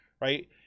Right